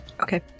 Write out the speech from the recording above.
Okay